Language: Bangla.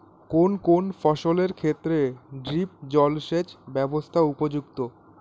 কোন কোন ফসলের ক্ষেত্রে ড্রিপ জলসেচ ব্যবস্থা উপযুক্ত?